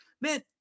Man